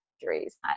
injuries